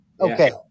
Okay